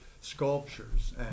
sculptures